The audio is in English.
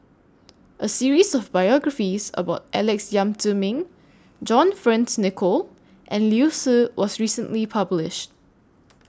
A series of biographies about Alex Yam Ziming John Friends Nicoll and Liu Si was recently published